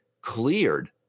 cleared